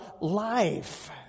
life